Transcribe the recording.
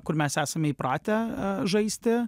kur mes esame įpratę žaisti